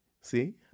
See